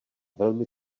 velmi